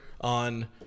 on